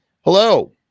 hello